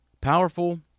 Powerful